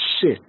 sit